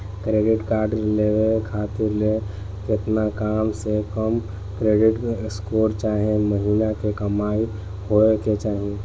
Credit card लेवे खातिर केतना कम से कम क्रेडिट स्कोर चाहे महीना के कमाई होए के चाही?